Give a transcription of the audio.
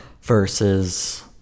versus